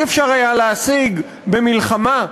אי-אפשר היה להשיג במלחמה,